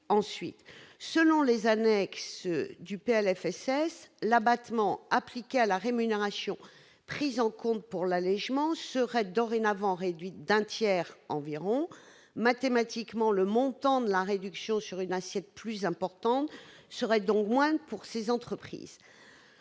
ensuite. Selon les annexes du PLFSS, l'abattement appliqué à la rémunération prise en compte au titre de l'allégement serait dorénavant réduit d'un tiers environ. Mathématiquement, le montant de la réduction, sur une assiette plus importante, serait donc moindre pour ces entreprises.